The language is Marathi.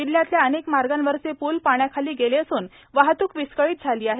जिल्ह्यातल्या अनेक मार्गांवरचे पूल पाण्याखाली गेले असून वाहत्क विस्कळीत झाली आहे